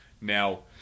now